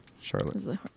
Charlotte